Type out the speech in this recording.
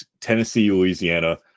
Tennessee-Louisiana